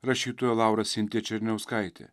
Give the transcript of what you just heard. rašytoja laura sintija černiauskaitė